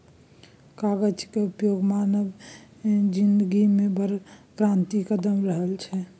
कागजक उपयोग मानव जिनगीमे बड़ क्रान्तिकारी कदम रहल छै